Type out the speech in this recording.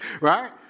Right